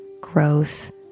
growth